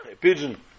pigeon